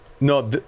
No